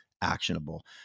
actionable